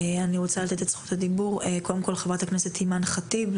אני רוצה לתת את זכות הדיבור קודם כל לחברת הכנסת אימאן ח'טיב,